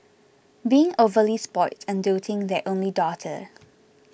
being overly spoilt and doting their only daughter